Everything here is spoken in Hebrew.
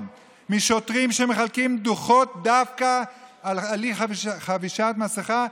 משוטרים שמחלקים דוחות דווקא על אי-חבישת מסכה,